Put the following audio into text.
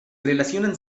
relacionan